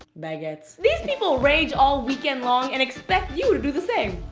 baguettes. these people rage all weekend long and expect you to do the same.